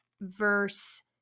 verse